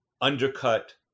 undercut